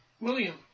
William